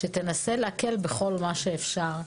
שתנסה להקל בכל מה שאפשר.